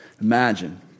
Imagine